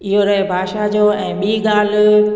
इहो रहे भाषा जो ऐं ॿीं ॻाल्हि